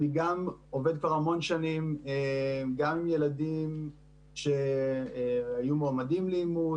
עובד כבר המון שנים עם ילדים שהיו מועמדים לאימוץ,